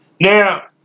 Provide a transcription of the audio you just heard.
now